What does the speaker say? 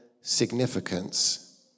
significance